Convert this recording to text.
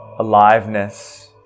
aliveness